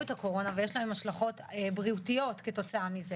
את הקורונה ויש להם השלכות בריאותיות כתוצאה מזה